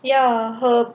ya her